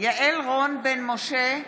יעל רון בן משה,